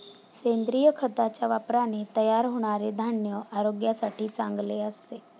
सेंद्रिय खताच्या वापराने तयार होणारे धान्य आरोग्यासाठी चांगले असते